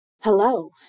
Hello